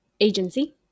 agency